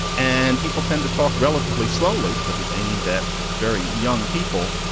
and people tend to talk relatively slowly because it's aimed at very young people.